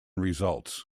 results